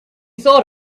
thought